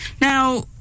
now